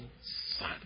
son